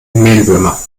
mehlwürmer